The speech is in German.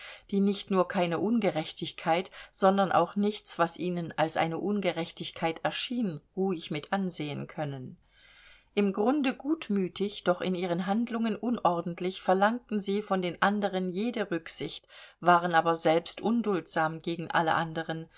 die nicht nur keine ungerechtigkeit sondern auch nichts was ihnen als eine ungerechtigkeit erschien ruhig mitansehen können im grunde gutmütig doch in ihren handlungen unordentlich verlangten sie von den anderen jede rücksicht waren aber selbst unduldsam gegen alle anderen